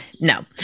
no